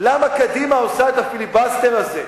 למה קדימה עושה את הפיליבסטר הזה,